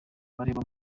baregwa